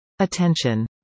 Attention